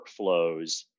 workflows